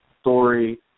story